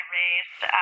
raised